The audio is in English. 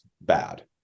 bad